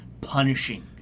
punishing